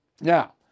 Now